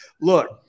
Look